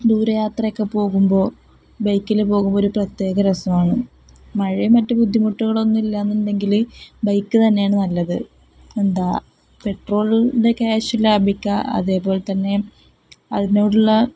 ദൂരെ യാത്രയൊക്കെ പോകുമ്പോൾ ബൈക്കിൽ പോകുമ്പോൾ ഒരു പ്രത്യേക രസമാണ് മഴയും മറ്റ് ബുദ്ധിമുട്ടുകളൊന്നും ഇല്ലാന്നുണ്ടെങ്കിൽ ബൈക്ക് തന്നെയാണ് നല്ലത് എന്താണ് പെട്രോളിന്റെ ക്യാഷ് ലാഭിക്കാം അതേപോലെ തന്നെ അതിനോടുള്ള